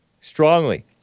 strongly